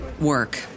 work